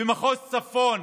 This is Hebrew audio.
במחוז צפון